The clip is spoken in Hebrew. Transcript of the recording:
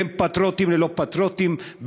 בין פטריוטים ללא-פטריוטים,